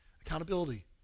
Accountability